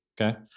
Okay